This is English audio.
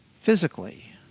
physically